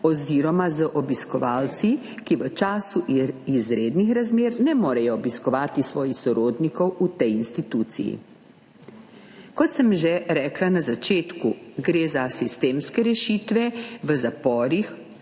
oziroma z obiskovalci, ki v času izrednih razmer ne morejo obiskovati svojih sorodnikov v tej instituciji. Kot sem že rekla na začetku, gre za sistemske rešitve v zaporih,